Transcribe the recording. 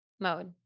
mode